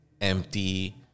Empty